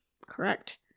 Correct